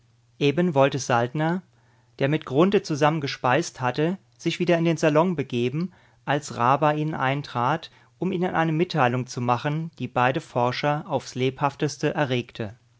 eben wollte saltner der mit grunthe zusammen gespeist hatte sich wieder in den salon begeben als ra bei ihnen eintrat um ihnen eine mitteilung zu machen die beide forscher aufs lebhafteste erregte